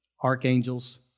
archangels